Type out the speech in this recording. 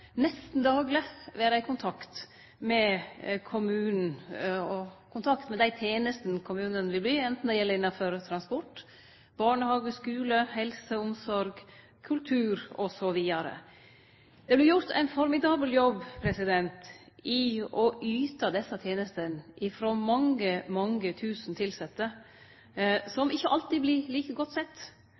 nesten dagleg vere i kontakt med kommunen og med dei tenestene kommunen tilbyr, anten det er innanfor transport, barnehage, skule, helse og omsorg, eller det gjeld kultur, osv. Det vert gjort ein formidabel jobb med å yte desse tenestene frå mange, mange tusen tilsette som ikkje alltid blir like godt